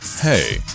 hey